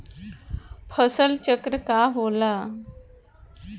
फसल चक्र का होला?